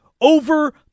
over